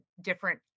different